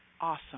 Awesome